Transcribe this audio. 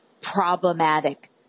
problematic